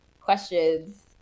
questions